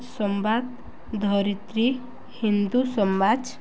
ସମ୍ବାଦ ଧରିତ୍ରୀ ହିନ୍ଦୁ ସମାଜ